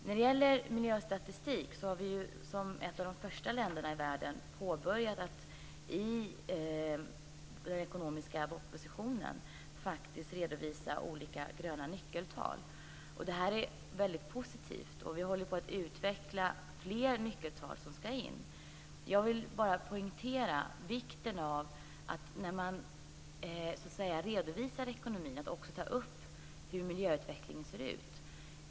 När det gäller miljöstatistik har vi som ett av de första länderna i världen börjat att i den ekonomiska propositionen faktiskt redovisa olika gröna nyckeltal. Det är mycket positivt. Vi håller på att utveckla fler nyckeltal som ska in. Jag vill bara poängtera vikten av att man också tar upp hur miljöutvecklingen ser ut när man redovisar ekonomin.